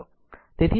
તેથી આ સમસ્યા છે